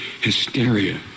hysteria